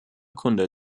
kunde